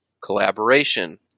collaboration